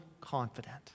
confident